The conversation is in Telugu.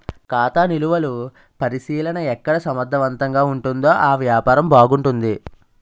ఖాతా నిలువలు పరిశీలన ఎక్కడ సమర్థవంతంగా ఉంటుందో ఆ వ్యాపారం బాగుంటుంది